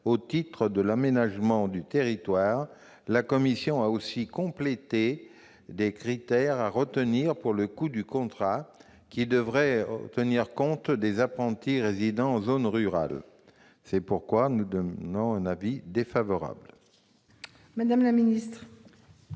au titre de l'aménagement du territoire. La commission a également complété les critères à retenir pour le coût au contrat, qui devra tenir compte des apprentis résidant en zone rurale. C'est pourquoi nous émettons un avis défavorable sur cet amendement.